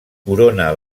corona